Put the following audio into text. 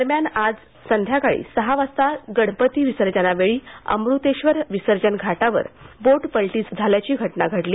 दरम्यान आज सायंकाळी सहा वाजता गणपती विसर्जनावेळी अमृतेश्वर विसर्जन घाटावर बोट पलटी झाल्याची घटना घडली